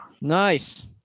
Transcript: Nice